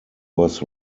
was